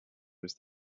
was